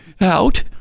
out